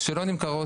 שלא נמכרות.